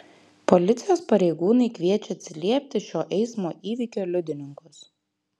policijos pareigūnai kviečia atsiliepti šio eismo įvykio liudininkus